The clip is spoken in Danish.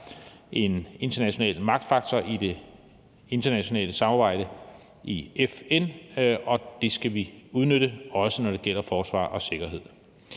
en international magtfaktor i det internationale samarbejde i FN, og det skal vi udnytte, også når det gælder forsvar og sikkerhed.